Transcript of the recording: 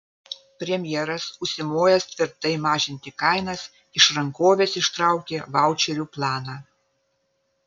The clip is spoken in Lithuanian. premjeras užsimojęs tvirtai mažinti kainas iš rankovės ištraukė vaučerių planą